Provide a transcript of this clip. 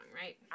right